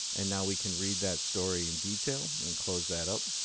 and now we can read that story in detail and close that up.